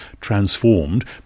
transformed